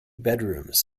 bedrooms